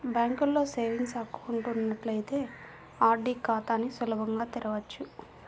బ్యాంకులో savings account ఉన్నట్లయితే RD ఖాతాని సులభంగా తెరవచ్చు